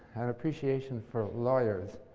and appreciation for lawyers.